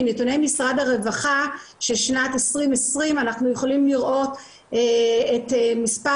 מנתוני משרד הרווחה של שנת 2020 אנחנו יכולים לראות את מספר